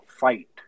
fight